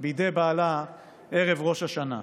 בידי בעלה בערב ראש השנה.